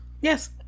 Yes